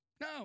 No